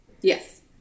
Yes